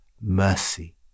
mercy